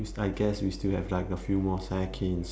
we I guess we still have like a few more seconds